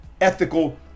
ethical